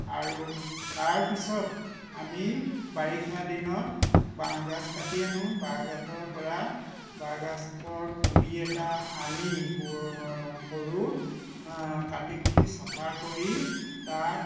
আৰু তাৰ পিছত আমি বাৰিষা দিনত বাঁহগাজ কাটি আনোঁ বাঁহগাজৰ পৰা বাঁহগাজৰ পুলি এটা আনি সৰু কাটি কুটি চাফা কৰি তাক